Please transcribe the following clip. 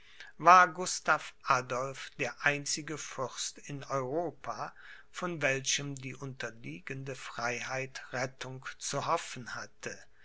war gustav adolph der einzige fürst in europa von welchem die unterliegende freiheit rettung zu hoffen hatte